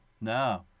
No